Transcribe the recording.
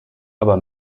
aber